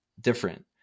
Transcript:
different